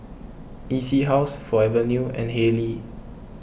E C House Forever New and Haylee